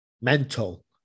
mental